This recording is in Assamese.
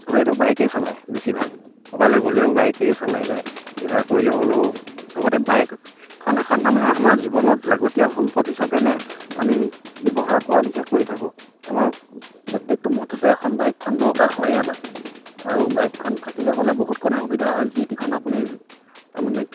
চবেইতো বাইকেই চলায় বেছিভাগ ক'বালৈ গ'লেও বাইকেই চলাই যায় কিবা কৰিলে হ'লেও চবতে বাইকখন এখন তাৰমানে আমাৰ জীৱনত লাগতিয়াল সম্পদ হিচাপেনে আমি ব্যৱহাৰ কৰা লেখিয়া কৰি থাকোঁ আমাক প্ৰত্যেকটো মুহূৰ্ততে এখন বাইকখন দৰকাৰ হয়েই আমাক আৰু বাইকখন থাকিলে গ'লে বহুত কণে সুবিধা হয় যিটিখন আপুনি তাৰমানে